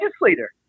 legislator